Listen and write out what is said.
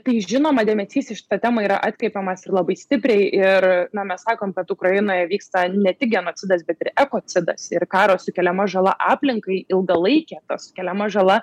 tai žinoma dėmesys į šitą temą yra atkreipiamas ir labai stipriai ir na mes sakom kad ukrainoje vyksta ne tik genocidas bet ir ekocidas ir karo sukeliama žala aplinkai ilgalaikė ta sukeliama žala